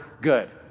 good